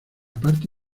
parte